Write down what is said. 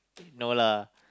no lah